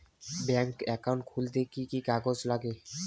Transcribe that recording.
Bank account খুলতে কি কি কাগজ লাগে?